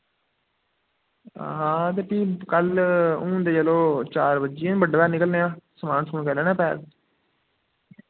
हां ते फ्ही कल हून ते चलो चार बज्जी गे न बड्डे पैह्र निकलने आं समान समुन करी लैने पैक